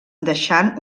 deixant